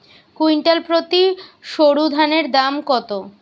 Quintal প্রতি সরুধানের দাম কত?